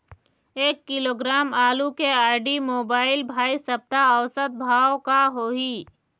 एक किलोग्राम आलू के आईडी, मोबाइल, भाई सप्ता औसत भाव का होही?